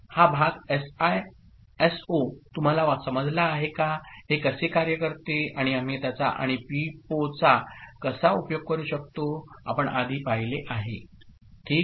हा भाग एसआयएसओ तुम्हाला समजला आहे का हे कसे कार्य करते आणि आम्ही त्याचा आणि पीपोचा कसा उपयोग करू शकतो आपण आधी पाहिले आहे ठीक